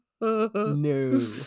No